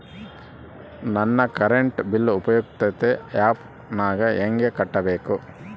ಮನೆ current bill ಉಪಯುಕ್ತತೆ app ನಾಗ ಹೆಂಗ ಕಟ್ಟಬೇಕು?